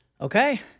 Okay